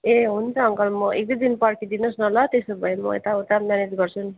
ह हुन्छ अङ्कल म एकदुई दिन पर्खिदिनुहोस् न ल त्यसो भए म यता उता म्यानेज गर्छु नि